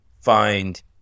find